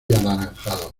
anaranjado